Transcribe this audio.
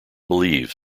believe